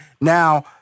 now